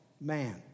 man